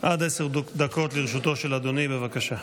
דקות לרשותו של אדוני, בבקשה.